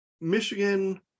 Michigan